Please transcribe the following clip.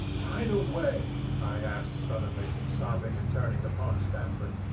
by the way, i asked suddenly, stopping and turning upon stamford,